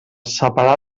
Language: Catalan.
separar